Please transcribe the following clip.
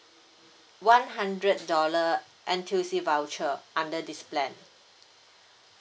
one hundred dollar N_T_U_C voucher under this plan